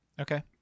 Okay